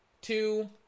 Two